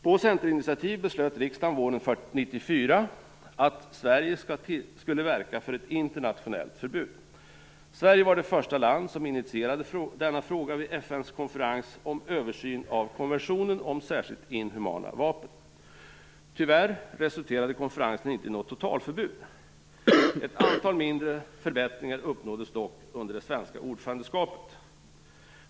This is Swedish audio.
På centerinitiativ beslöt riksdagen våren 1994 att Sverige skulle verka för ett internationellt förbud. Sverige var det första land som initierade denna fråga vid FN:s konferens om översyn av konventionen om särskilt inhumana vapen. Tyvärr resulterade konferensen inte i något totalförbud. Ett antal mindre förbättringar uppnåddes dock under det svenska ordförandeskapet.